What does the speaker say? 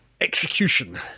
execution